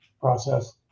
process